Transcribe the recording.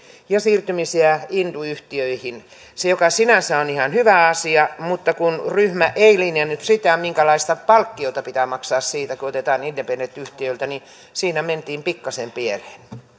ja siirtymisiä indie yhtiöihin mikä sinänsä on ihan hyvä asia mutta kun ryhmä ei linjannut sitä minkälaista palkkiota pitää maksaa siitä kun otetaan independent yhtiöltä niin siinä mentiin pikkasen pieleen